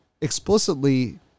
explicitly